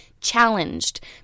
CHALLENGED